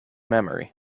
memory